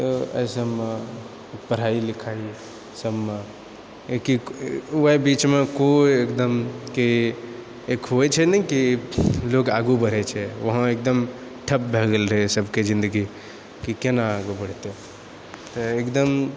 तऽ ऐसे मे पढ़ाइ लिखाइ सभमे ओएह बीचमे केओ एकदम कि एक होय छै ने कि लोक आगु बढ़ै छै वहाँ एकदम ठप्प भए गेल रहै सभके जिन्दगी कि केना आगु बढ़तै तऽ एकदम